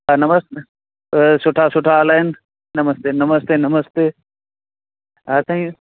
हा नमस्त सुठा सुठा हालु आहिनि नमस्ते नमस्ते नमस्ते हा साईं